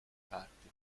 parti